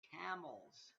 camels